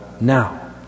now